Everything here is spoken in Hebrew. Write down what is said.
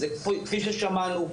כפי ששמענו,